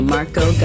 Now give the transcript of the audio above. Marco